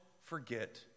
forget